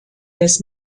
des